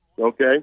okay